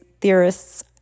theorists